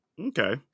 Okay